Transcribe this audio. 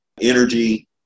energy